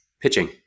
pitching